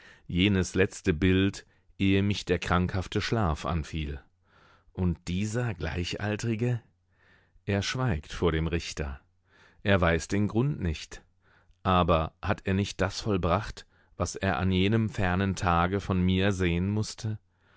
jenes letzte bild ehe mich der krankhafte schlaf anfiel und dieser gleichaltrige er schweigt vor dem richter er weiß den grund nicht aber hat er nicht das vollbracht was er an jenem fernen tage von mir sehen mußte